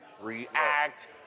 react